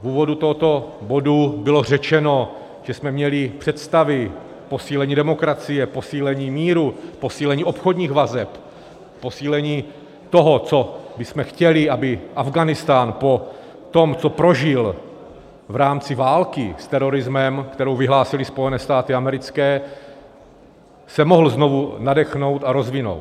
V úvodu tohoto bodu bylo řečeno, že jsme měli představy o posílení demokracie, posílení míru, posílení obchodních vazeb, posílení toho, co bychom chtěli, aby Afghánistán po tom, co prožil v rámci války s terorismem, kterou vyhlásily Spojená státy americké, se mohl znovu nadechnout a rozvinout.